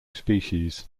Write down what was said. species